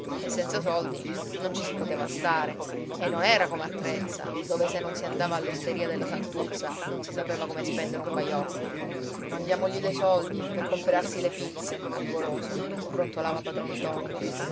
e senza soldi non ci si poteva stare e non era come a trezza dove se non si andava all'osteria della santuzza non si sapeva come spendere un baiocco mandiamogli dei soldi per comperarsi le pizze al goloso brontolava padron ntoni